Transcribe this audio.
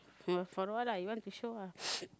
for a while lah you want it to show lah